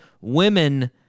women